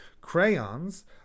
Crayons